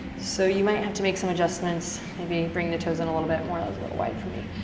so you might have to make some adjustments, maybe bring the toes in a little bit more. that was a little wide for me.